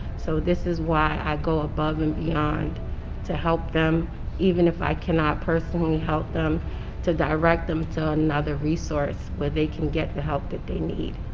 so this is why i go above and beyond to help them even if i cannot personally help them to direct them to another resource where they can get the help that they need,